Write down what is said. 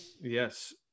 Yes